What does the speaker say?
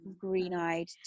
green-eyed